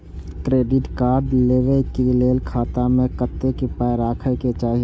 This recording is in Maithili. क्रेडिट कार्ड लेबै के लेल खाता मे कतेक पाय राखै के चाही?